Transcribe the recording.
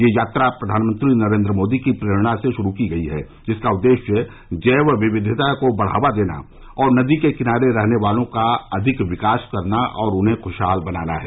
यह यात्रा प्रधानमंत्री नरेन्द्र मोदी की प्रेरणा से शुरू की गई है जिसका उद्देश्य जैव विविधता को बढ़ावा देना और नदी के किनारे रहने वालों का अधिक विकास करना और उन्हें खुशहाल बनाना है